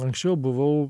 anksčiau buvau